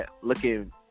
looking